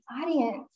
audience